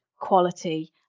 quality